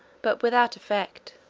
but without effect.